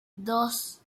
dos